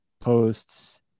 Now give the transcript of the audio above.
posts